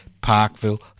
Parkville